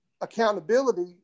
accountability